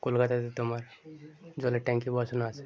কলকাতাতে তোমার জলের ট্যাঙ্কি বসানো আছে